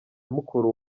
mukuru